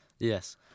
Yes